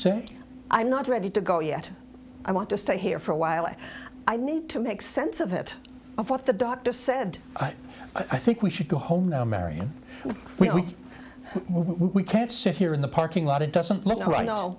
say i'm not ready to go yet i want to stay here for a while and i need to make sense of it of what the doctor said i think we should go home now mary we move we can't sit here in the parking lot it doesn't